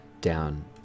down